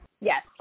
Yes